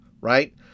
right